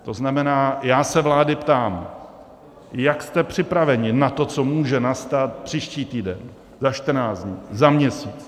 To znamená, já se vlády ptám: jak jste připraveni na to, co může nastat příští týden, za čtrnáct dnů, za měsíc?